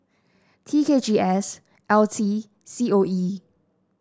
T K G S L T C O E